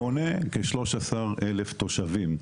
הוא מונה כ-13,000 תושבים.